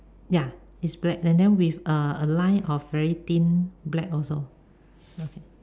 ya it's black and then with uh a line of very thin black also okay